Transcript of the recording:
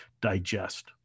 digest